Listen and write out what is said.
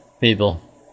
People